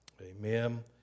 Amen